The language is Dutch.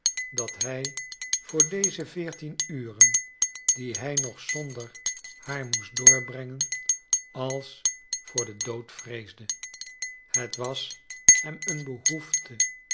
dat hij voor deze veertien uren die hij nog zonder haar moest doorbrengen als voor den dood vreesde het was hem een behoefte